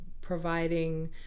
providing